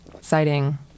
citing